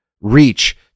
reach